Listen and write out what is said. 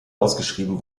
ausgeschrieben